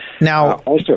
Now